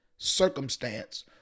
circumstance